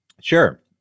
sure